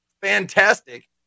fantastic